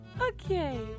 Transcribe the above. Okay